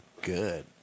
good